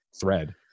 thread